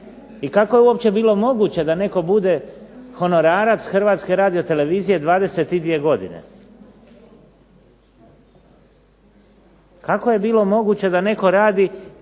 I kako je uopće bilo moguće da netko bude honorarac Hrvatske radiotelevizije 22 godine? Kako je bilo moguće da netko radi